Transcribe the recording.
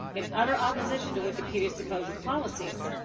in utter opposition to wikipedia's supposed policies.